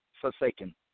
Forsaken